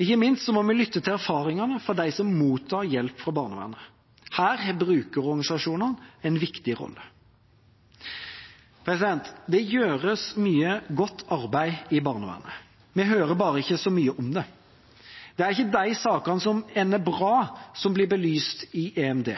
Ikke minst må vi lytte til erfaringene fra dem som mottar hjelp fra barnevernet. Her har brukerorganisasjonene en viktig rolle. Det gjøres mye godt arbeid i barnevernet. Vi hører bare ikke så mye om det. Det er ikke sakene som ender bra, som blir belyst i EMD.